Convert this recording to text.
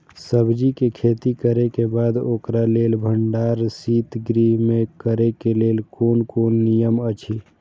सब्जीके खेती करे के बाद ओकरा लेल भण्डार शित गृह में करे के लेल कोन कोन नियम अछि?